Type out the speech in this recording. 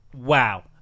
wow